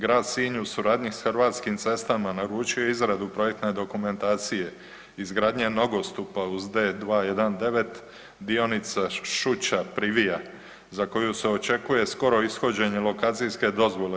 Grad Sinj u suradnji s Hrvatskim cestama naručio je izradu projektne dokumentacije izgradnje nogostupa uz D291 dionica Šuća-Privija za koju se očekuje skoro ishođenje lokacijske dozvole.